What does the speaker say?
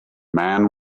man